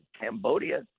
Cambodia